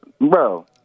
Bro